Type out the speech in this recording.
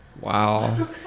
Wow